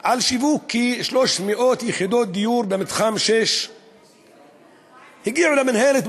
על שיווק כ-300 יחידות דיור במתחם 6. הגיעו למינהלת,